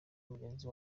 mugenzi